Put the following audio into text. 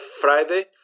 Friday